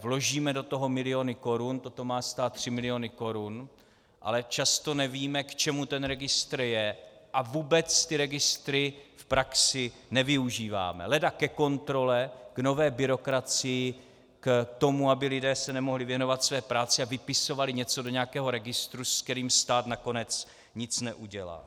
Vložíme do toho miliony korun toto má stát tři miliony korun , ale často nevíme, k čemu ten registr je, a vůbec ty registry v praxi nevyužíváme, leda ke kontrole, k nové byrokracii, k tomu, aby se lidé nemohli věnovat své práci a vypisovali něco do nějakého registru, s kterým stát nakonec nic neudělá.